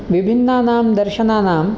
विभिन्नानां दर्शनानां